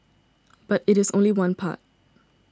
but it is only one part